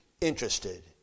interested